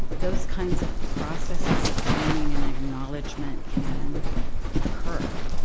those kinds of processes of joining and acknowledgement can occur?